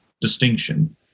distinction